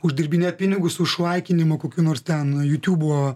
uždirbinėt pinigus už laikinimą kokių nors ten jūtiūbo